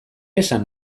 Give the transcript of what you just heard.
esan